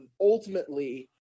Ultimately